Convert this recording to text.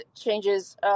changes